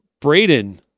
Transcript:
Braden